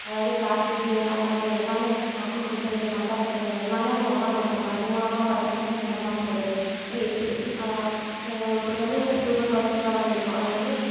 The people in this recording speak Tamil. அதாது பிளாஸ்டிக்கு அந்தமாதிரி எல்லாமே மக்கும் குப்பை எது மக்காத குப்பை எது எல்லாமே வந்து ஒன்றா போட்டிருப்பாங்க அதுமூலமாக பார்த்தினா வந்து நிலமாசு படுது அப்புறம் எச்சில் ஒருத்தருக்கு வந்த டியூபர்குலோசிஸ்லாம் வந்து இருக்கும் அங்கே வந்து